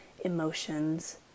emotions